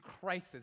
crisis